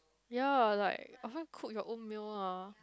ya like I even cook your own meal ah